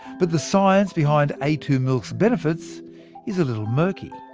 but the science behind a two milk's benefits is a little murky.